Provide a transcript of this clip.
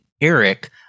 Eric